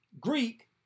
Greek